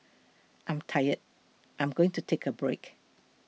I'm tired I'm going to take a break